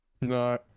No